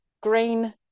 green